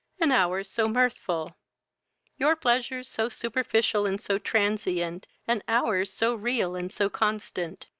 and our's so mirthful your pleasures so superficial and so transient, and our's so real and so constant!